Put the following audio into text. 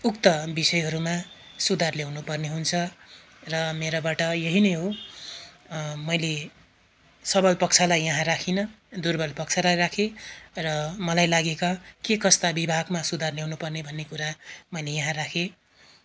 उक्त विषयहरूमा सुधार ल्याउनुपर्ने हुन्छ र मेराबाट यही नै हो मैले सबल पक्षलाई यहाँ राखिनँ दुर्बल पक्षलाई राखेँ र मलाई राखेका के कस्ता विभागमा सुधार ल्याउनुपर्ने भन्ने कुरा मैले यहाँ राखेँ